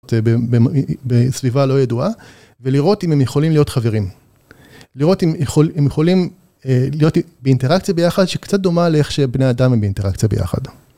בסביבה לא ידועה, ולראות אם הם יכולים להיות חברים. לראות אם הם יכולים להיות באינטראקציה ביחד, שקצת דומה לאיך שבני אדם הם באינטראקציה ביחד.